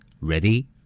Ready